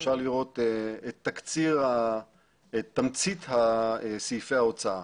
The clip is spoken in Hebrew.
אפשר לראות את תמצית סעיפי ההוצאה,